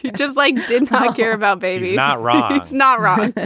just like didn't kind of care about baby. not right. it's not right.